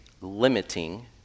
limiting